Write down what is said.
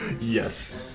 Yes